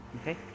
okay